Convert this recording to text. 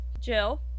jill